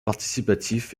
participatif